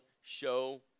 show